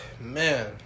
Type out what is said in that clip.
Man